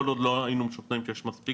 כל עוד לא היינו משוכנעים שיש מספיק